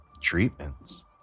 Treatments